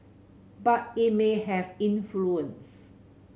but it may have influence